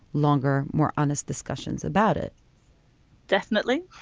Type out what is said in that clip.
longer, more honest discussions about it definitely.